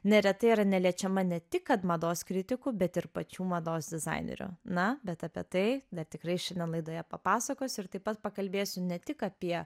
neretai yra neliečiama ne tik kad mados kritikų bet ir pačių mados dizainerių na bet apie tai tikrai šiandien laidoje papasakosiu ir taip pat pakalbėsiu ne tik apie